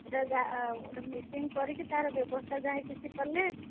ଏଇଟା ଯାହା ଗୋଟେ ମିଟିଂ କରିକି ତା'ର ବ୍ୟବସ୍ଥା ଯାହା କିଛି କଲେ